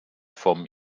vom